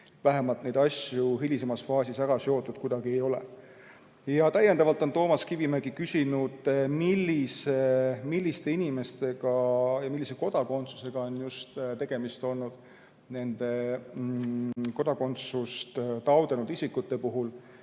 Vähemalt neid asju hilisemas faasis seotud kuidagi ei ole. Täiendavalt on Toomas Kivimägi küsinud, milliste inimestega ja millise kodakondsusega on tegemist olnud nende kodakondsust taotlenud isikute puhul.